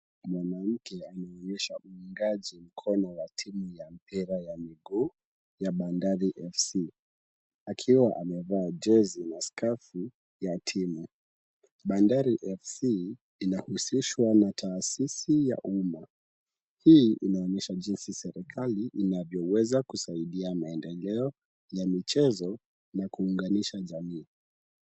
Mwanamke ameonyesha uungaji mkono wa timu ya mpira ya mguu ya Bandari FC, akiwa amevaa jezi na skafu ya timu. Bandari FC inahusishwa na taasisi ya uma. Hii inaonyesha jinsi serikali inavyoweza kusaidia maendeleo ya michezo na kuunganisha jamii.